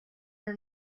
your